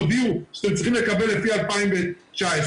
הודיעו שאתם צריכים לקבל לפי 2019,